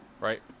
Right